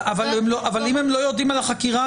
אם הם לא יודעים על החקירה,